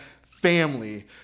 family